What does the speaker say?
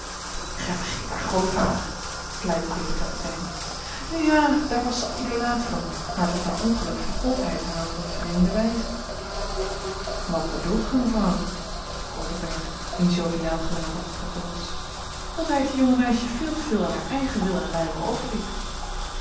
vergeet haar grootvader pleitte weer de kapitein nu ja daar was ze idolaat van maar tot haar ongeluk vergold hij het haar op eene vreemde wijze wat bedoelt ge mevrouw vroeg overberg wiens joviaal gelaat wat betrokken was dat hij het jonge meisje veel te veel aan haar eigen wil en luimen overliet